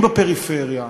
בבקשה,